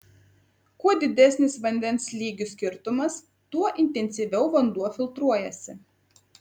kuo didesnis vandens lygių skirtumas tuo intensyviau vanduo filtruojasi